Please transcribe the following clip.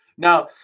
Now